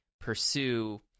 pursue